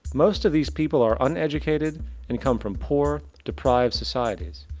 most of these people are uneducated and come from poor, deprived societies.